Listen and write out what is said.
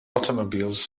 automobiles